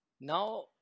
Now